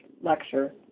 lecture